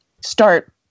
start